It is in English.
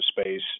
space